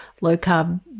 low-carb